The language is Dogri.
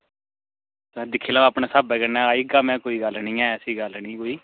तां दिक्खी लैओ अपने स्हाबै कन्नै आई जाह्गा में कोई गल्ल निं ऐ ऐसी गल्ल निं कोई